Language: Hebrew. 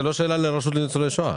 אני חושב שזאת לא שאלה לרשות לניצולי שואה,